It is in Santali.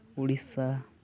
ᱩᱲᱤᱥᱥᱟ